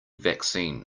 vaccine